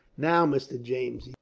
now, mr. james,